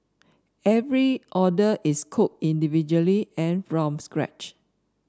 every order is cooked individually and from scratch